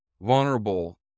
vulnerable